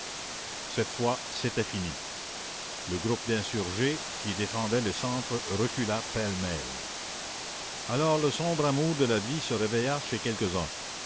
cette fois c'était fini le groupe d'insurgés qui défendait le centre recula pêle-mêle alors le sombre amour de la vie se réveilla chez quelques-uns